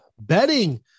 betting